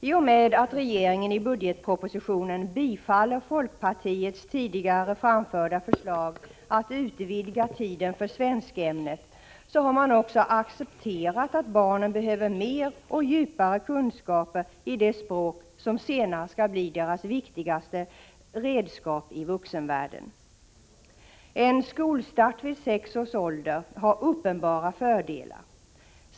I och med att regeringen i budgetpropositionen biträder folkpartiets tidigare framförda förslag att utvidga tiden för svenskämnet har man också accepterat att barnen behöver mer och djupare kunskaper i det språk som senare skall bli deras viktigaste redskap i vuxenvärlden. En skolstart vid sex års ålder har uppenbara fördelar.